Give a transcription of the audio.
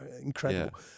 incredible